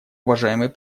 уважаемый